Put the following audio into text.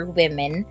women